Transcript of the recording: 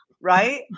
Right